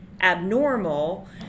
abnormal